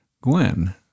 Gwen